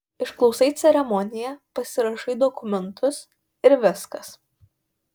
išklausai ceremoniją pasirašai dokumentus ir viskas